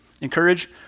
Encourage